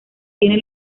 tiene